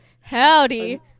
Howdy